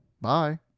Bye